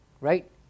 right